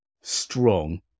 strong